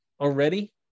already